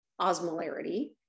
osmolarity